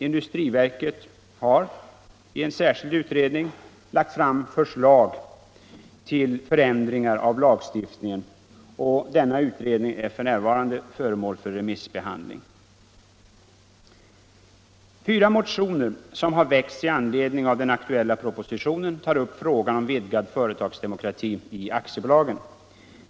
Industriverket har i en särskild utredning lagt fram förslag till förändringar av lagstiftningen, och den utredningen är föremål för remissbehandling. Fyra motioner som har väckts i anledning av den aktuella propositionen tar upp frågan om vidgad företagsdemokrati i aktiebolagen.